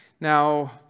Now